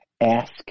Ask